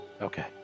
Okay